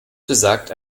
besagt